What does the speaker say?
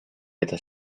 eta